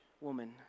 woman